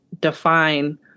define